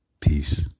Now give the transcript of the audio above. Peace